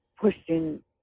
pushing